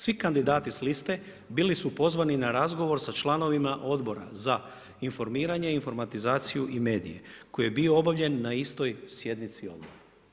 Svi kandidati s liste bili su pozvani na razgovor s članovima Odbora za informiranje, informatizaciju i medije koji je bio obavljen na istoj sjednici odbora.